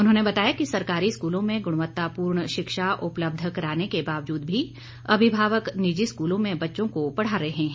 उन्होंने बताया कि सरकारी स्कूलों में गुणवत्तापूर्ण शिक्षा उपलब्ध कराने के बावजूद भी अभिभावक निजी स्कूलों में बच्चों को पढ़ा रहे हैं